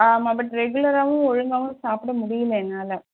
ஆமாம் பட் ரெகுலராகவும் ஒழுங்காகவும் சாப்பிட முடியல என்னால்